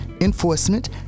enforcement